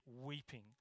weeping